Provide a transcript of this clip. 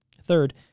Third